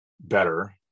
better